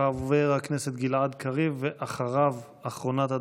חבר הכנסת גלעד קריב, ואחריו, אחרונת הדוברים,